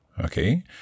Okay